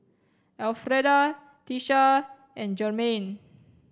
Alfreda Tisha and Jermain